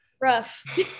Rough